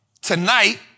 Tonight